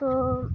ᱛᱚ